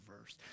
verse